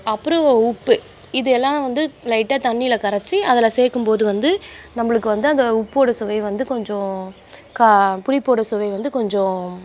அப்புறம் உப்பு இது எல்லாம் வந்து லைட்டாக தண்ணியில் கரைத்து அதில் சேர்க்கும்போது வந்து நம்மளுக்கு வந்து அந்த உப்போடய சுவை வந்து கொஞ்சம் கா புளிப்போடய சுவை வந்து கொஞ்சம்